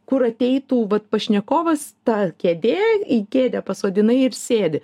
kur ateitų vat pašnekovas ta kėdė į kėdę pasodinai ir sėdi